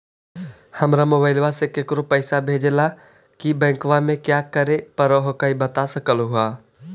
हमरा मोबाइलवा से केकरो पैसा भेजे ला की बैंकवा में क्या करे परो हकाई बता सकलुहा?